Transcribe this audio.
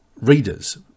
readers